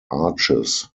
arches